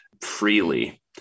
freely